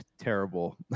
terrible